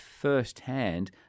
firsthand